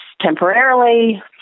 temporarily